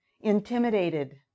intimidated